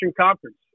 Conference